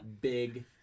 big